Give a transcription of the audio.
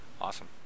Awesome